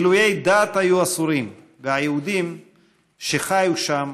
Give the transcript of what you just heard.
גילויי דעת היו אסורים והיהודים שחיו שם